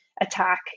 attack